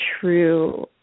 true